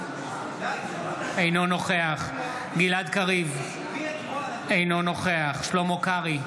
אינו נוכח גלעד קריב, אינו נוכח שלמה קרעי,